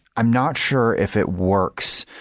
i'm not sure if it works.